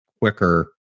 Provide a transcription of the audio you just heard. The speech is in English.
quicker